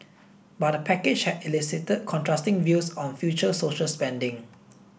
but the package had elicited contrasting views on future social spending